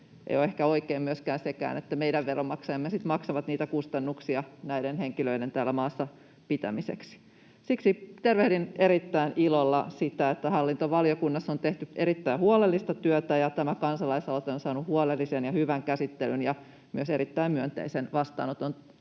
ei ole ehkä oikein sekään, että meidän veronmaksajamme sitten maksavat niitä kustannuksia näiden henkilöiden täällä maassa pitämiseksi. Siksi tervehdin erittäin ilolla sitä, että hallintovaliokunnassa on tehty erittäin huolellista työtä ja tämä kansalaisaloite on saanut huolellisen ja hyvän käsittelyn ja myös erittäin myönteisen vastaanoton,